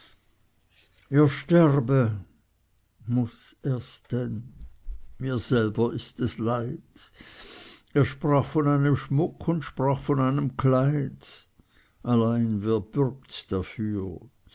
er sterbe muß er's denn mir selber ist es leid er sprach von einem schmuck und sprach von einem kleid allein wer bürgt dafür